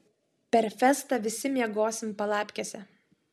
per festą visi miegosim palapkėse